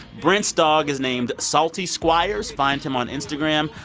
brent's dog is named salty squires. find him on instagram.